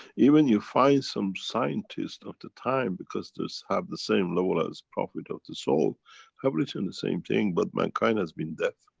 even you find some scientist of the time, because, there's have the same level as prophet of the soul have written the same thing but mankind has been deaf.